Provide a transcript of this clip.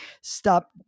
stop